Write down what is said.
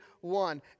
one